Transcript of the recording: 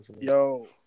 Yo